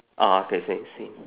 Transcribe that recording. ah okay same same